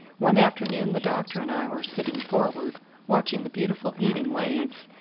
one afternoon the doctor and i were sitting forward watching the beautiful heaving waves,